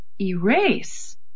erase